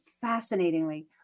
fascinatingly